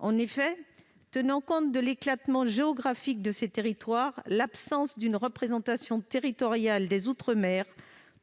en effet de tenir compte de l'éclatement géographique de ces territoires. L'absence d'une représentation territoriale des outre-mer